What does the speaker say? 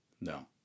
No